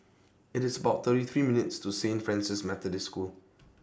IT IS about thirty three minutes' to Saint Francis Methodist School